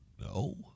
No